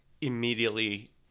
immediately